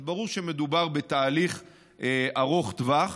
אז ברור שמדובר בתהליך ארוך טווח.